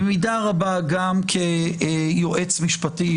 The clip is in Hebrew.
במידה רבה גם כיועץ משפטי,